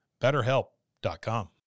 BetterHelp.com